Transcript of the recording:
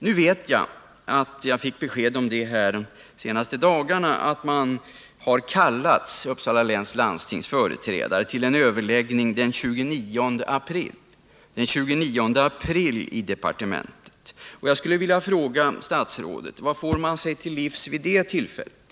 Nu vet jag — jag har fått besked om det de senaste dagarna — att departementet har kallat Uppsala läns landstings företrädare till en överläggning den 29 april. Jag skulle vilja fråga statsrådet: Vad får man sig till livs vid det tillfället?